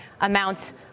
amounts